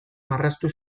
marraztu